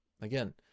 Again